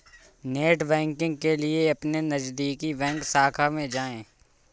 net banking के लिए अपने नजदीकी बैंक शाखा में जाए